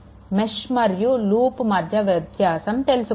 mesh మరియు loop మధ్య వ్యత్యాసం తెలుసుకుందాము